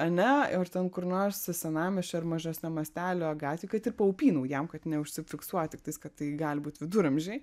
ane ar ten kur nors senamiesčio ar mažesnio mastelio gatvėj kad ir paupy naujam kad neužsifiksuot tiktais kad tai gali būt viduramžiai